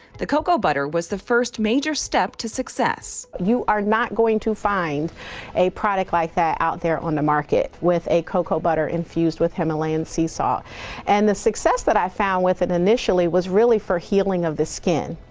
the cocoa butter was the first major step to success. speaker one you are not going to find a product like that out there on the market with a cocoa butter infused with himalayan sea salt and the success that i found with it initially was really for healing of the skin.